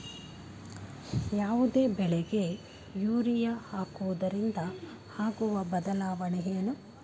ಯಾವುದೇ ಬೆಳೆಗೆ ಯೂರಿಯಾ ಹಾಕುವುದರಿಂದ ಆಗುವ ಬದಲಾವಣೆ ಏನು?